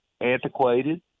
antiquated